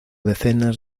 decenas